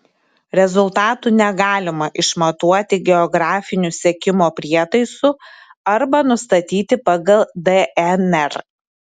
rezultatų negalima išmatuoti geografiniu sekimo prietaisu arba nustatyti pagal dnr